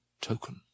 token